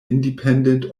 independent